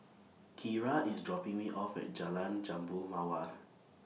Kira IS dropping Me off At Jalan Jambu Mawar